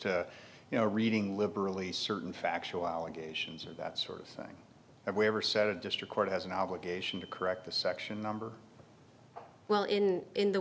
to you know reading liberally certain factual allegations or that sort of thing or wherever said a district court has an obligation to correct the section number well in in the